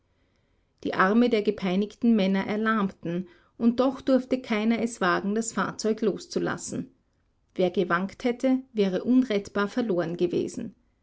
die arme der gepeinigten männer erlahmten und doch durfte keiner es wagen das fahrzeug loszulassen wer gewankt hätte wäre unrettbar verloren gewesen